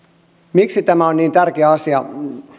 miksi tämä on niin tärkeä asia